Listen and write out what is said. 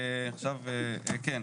כן.